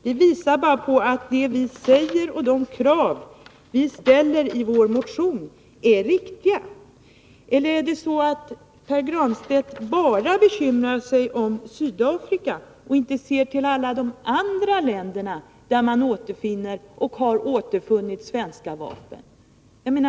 Det visar att det vi säger är riktigt och att de krav vi framställer i vår motion är riktiga. Eller bekymrar sig Pär Granstedt bara om Sydafrika och inte om alla de andra länder där man återfinner och har återfunnit svenska vapen?